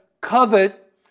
Covet